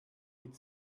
mit